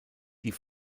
die